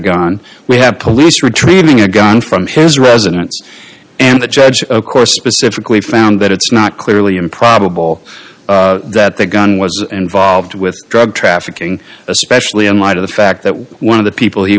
gun we have police retrieving a gun from his residence and the judge of course specifically found that it's not clearly improbable that the gun was involved with drug trafficking especially in light of the fact that one of the people he